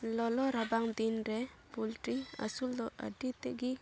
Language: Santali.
ᱞᱚᱞᱚ ᱨᱟᱵᱟᱝ ᱫᱤᱱᱨᱮ ᱯᱳᱞᱴᱨᱤ ᱟᱹᱥᱩᱞ ᱫᱚ ᱟᱹᱰᱤ ᱛᱮᱜᱮ